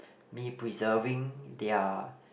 me preserving their